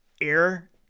air